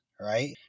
right